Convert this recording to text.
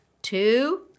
two